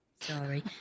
sorry